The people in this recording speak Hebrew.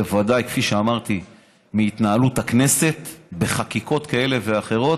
בוודאי מהתנהלות הכנסת בחקיקות כאלה ואחרות,